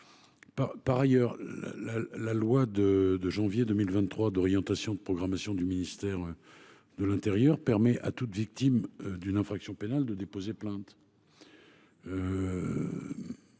Par ailleurs, la loi du 25 janvier 2023 d'orientation et de programmation du ministère de l'intérieur permet à toute victime d'une infraction pénale de déposer plainte.